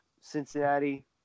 Cincinnati